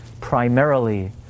primarily